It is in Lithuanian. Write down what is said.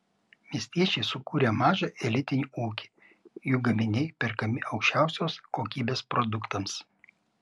miestiečiai sukūrė mažą elitinį ūkį jų gaminiai perkami aukščiausios kokybės produktams